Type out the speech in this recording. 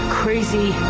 crazy